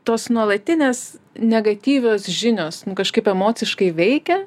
tos nuolatinės negatyvios žinios kažkaip emociškai veikia